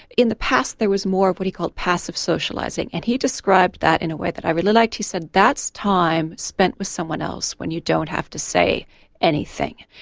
in the past there was more of what he called passive socialising and he described that in a way that i really liked. he said that's time spent with someone else when you don't have to say anything,